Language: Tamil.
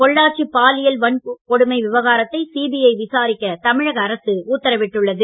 பொள்ளாச்சி பாலியல் வன்கொடுமை விவகாரத்தை சிபிஐ விசாரிக்க தமிழக அரசு உத்தரவிட்டுள்ளது